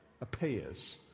appears